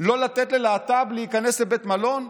לא לתת ללהט"ב להיכנס לבית מלון?